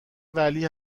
ولی